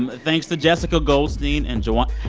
um thanks to jessica goldstein and why